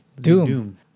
Doom